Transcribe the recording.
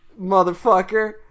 motherfucker